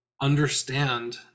understand